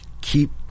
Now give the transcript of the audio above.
keep